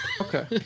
Okay